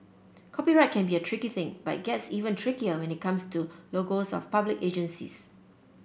copyright can be a tricky thing but it gets even trickier when it comes to logos of public agencies